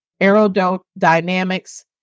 aerodynamics